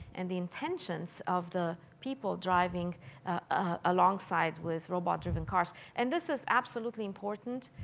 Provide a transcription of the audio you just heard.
and the intentions of the people driving ah alongside with robot driven cars. and this is absolutely important.